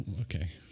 okay